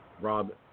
Rob